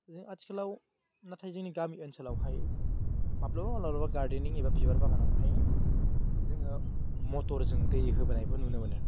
जों आथिखालाव नाथाइ जोंनि गामि ओनसोलावहाय माब्लाबा माब्लाबा गारदेनिं एबा बागानावहाय जोङो मथरजों दै होबोनायबो नुनो मोनो